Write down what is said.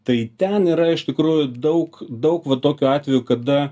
tai ten yra iš tikrųjų daug daug vat tokių atvejų kada